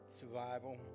survival